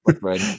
right